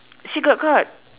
she got caught